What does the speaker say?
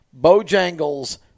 bojangles